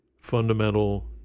fundamental